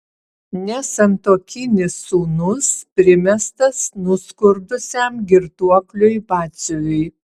nesantuokinis sūnus primestas nuskurdusiam girtuokliui batsiuviui